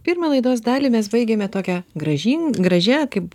pirmą laidos dalį mes baigėme tokia graži gražia kaip